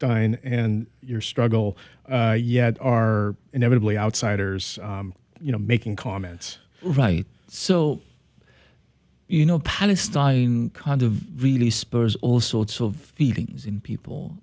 dying and your struggle yet are inevitably outsiders you know making comments right so you know palestine kind of really spurs all sorts of feelings in people